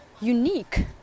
unique